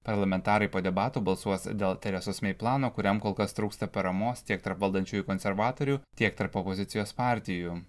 parlamentarai po debatų balsuos dėl teresos mei plano kuriam kol kas trūksta paramos tiek tarp valdančiųjų konservatorių tiek tarp opozicijos partijų